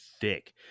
thick